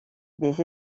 des